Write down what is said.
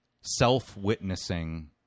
self-witnessing